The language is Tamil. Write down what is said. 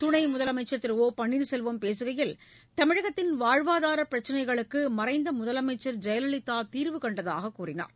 துணை முதலமைச்சர் திரு ஒ பன்ளீர்செல்வம் பேசுகையில் தமிழகத்தின் வாழ்வாதார பிரச்சினைகளுக்கு மறைந்த முதலமைச்சர் ஜெயலலிதா தீர்வு கண்டதாக கூறினார்